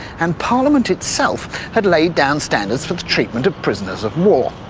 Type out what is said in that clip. and parliament itself had laid down standards for the treatment of prisoners of war.